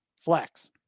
Flex